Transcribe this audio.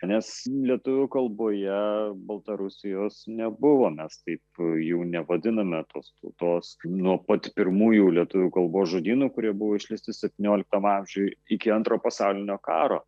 nes lietuvių kalboje baltarusijos nebuvo mes taip jų nevadiname tos tautos nuo pat pirmųjų lietuvių kalbos žodynų kurie buvo išleisti septynioliktam amžiuj iki antro pasaulinio karo